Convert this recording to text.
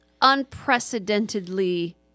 unprecedentedly